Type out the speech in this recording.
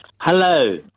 Hello